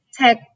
tech